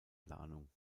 planung